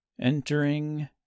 Entering